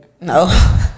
No